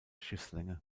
schiffslänge